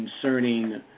concerning